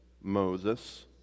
Moses